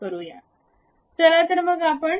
चला तर मग आपण टॉप प्लॅन वर जाऊ